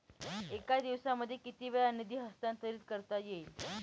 एका दिवसामध्ये किती वेळा निधी हस्तांतरीत करता येईल?